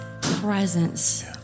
presence